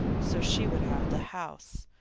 so she would have the house,